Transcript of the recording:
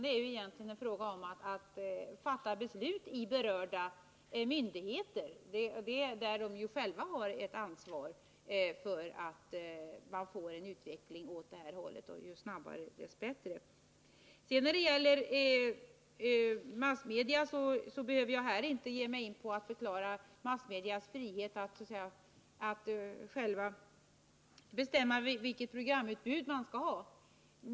Det är egentligen fråga om att fatta beslut i berörda myndigheter. De har ju själva ansvar för att man får en utveckling åt det här hållet, ju Nr 54 snabbare desto bättre. Måndagen den När det gäller massmedia behöver jag här inte ge mig in på att förklara — 17 december 1979 massmedias frihet att själva bestämma vilket programutbud de skall ha.